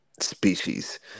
species